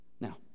Now